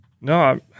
No